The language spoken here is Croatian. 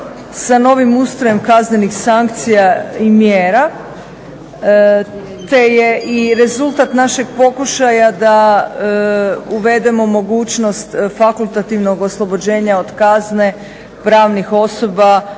sa novim ustrojem kaznenih sankcija i mjera, te je i rezultat našeg pokušaja da uvedemo mogućnost fakultativnog oslobođenja od kazne pravnih osoba